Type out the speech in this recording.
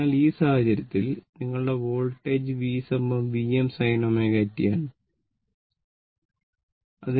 അതിനാൽ ഈ സാഹചര്യത്തിൽ നിങ്ങളുടെ voltage V Vm sin ωt ആണ്